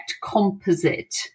composite